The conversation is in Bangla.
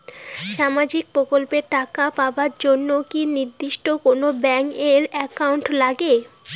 সামাজিক প্রকল্পের টাকা পাবার জন্যে কি নির্দিষ্ট কোনো ব্যাংক এর একাউন্ট লাগে?